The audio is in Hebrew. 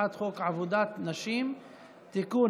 הצעת חוק עבודת נשים (תיקון,